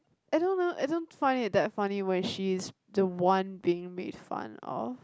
I don't know I don't find it that funny when she is the one being made fun of